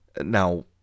Now